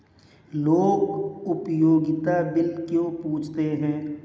लोग उपयोगिता बिल क्यों पूछते हैं?